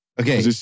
Okay